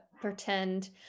pretend